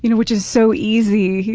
you know which is so easy.